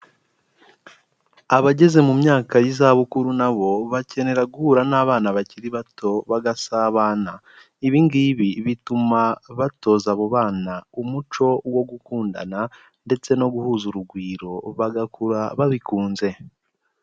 Abageze mu myaka y'izabukuru na bo bakenera guhura n'abana bakiri bato bagasabana, ibi ngibi bituma batoza abo bana umuco wo gukundana ndetse no guhuza urugwiro, bagakura babikunze.